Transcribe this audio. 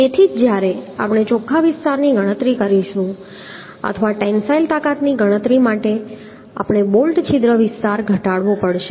તેથી જ જ્યારે આપણે ચોખ્ખા વિસ્તારની ગણતરી કરીશું અથવા ટેન્સાઈલ તાકાતની ગણતરી માટે આપણે બોલ્ટ છિદ્ર વિસ્તાર ઘટાડવો પડશે